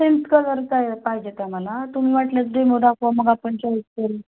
design कलरचा आहे पाहिजेत त्या आम्हाला तुम्ही वाटल्यास डेमो दाखवा मग आपण चॉईस करू